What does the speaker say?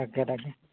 তাকে তাকে